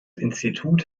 institut